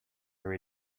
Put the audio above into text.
her